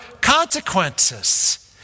consequences